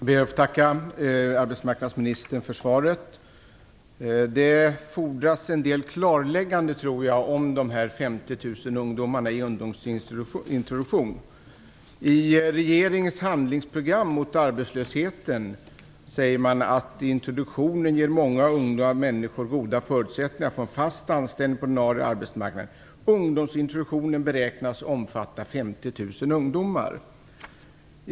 Fru talman! Jag ber att få tacka arbetsmarknadsministern för svaret. Jag tror att det fordras en del klarlägganden om de 50 000 ungdomarna i ungdomsintroduktion. I regeringens handlingsprogram mot arbetslösheten säger man att introduktionen ger många unga människor goda förutsättningar att få en fast anställning på den ordinarie arbetsmarknaden. Ungdomsintroduktionen beräknas omfatta 50 000 ungdomar.